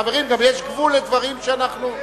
חברים, יש גבול לדברים שאנחנו,